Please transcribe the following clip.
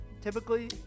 typically